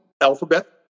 alphabet